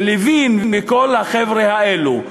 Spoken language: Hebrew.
לוין וכל החבר'ה האלה.